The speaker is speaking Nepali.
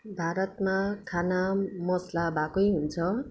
भारतमा खाना मसला भएकै हुन्छ